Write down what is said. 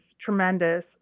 tremendous